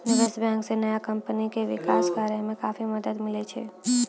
निबेश बेंक से नया कमपनी के बिकास करेय मे काफी मदद मिले छै